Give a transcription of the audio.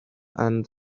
and